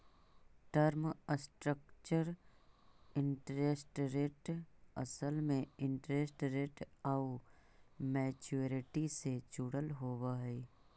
term structure interest rate असल में interest rate आउ मैच्योरिटी से जुड़ल होवऽ हई